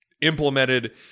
implemented